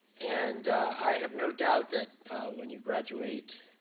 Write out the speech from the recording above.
and i have no doubt that when you graduate,